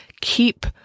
keep